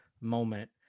moment